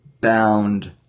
bound